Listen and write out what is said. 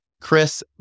Chris